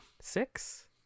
six